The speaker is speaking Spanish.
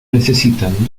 necesitan